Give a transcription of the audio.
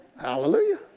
hallelujah